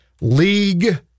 league